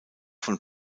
von